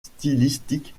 stylistique